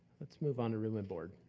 let's move on to room and board.